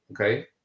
okay